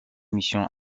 missions